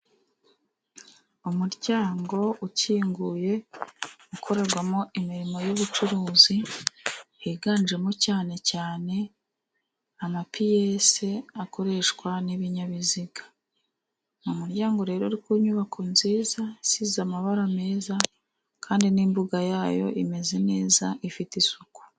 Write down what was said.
Umuryango ukinguye ukorerwamo imirimo y'ubucuruzi, higanjemo cyane cyane amapiyesi akoreshwa n'ibinyabiziga. Ni umuryango rero uri ku nyubako nziza, isize amabara meza, kandi n'imbuga yayo imeze neza ifite isuku.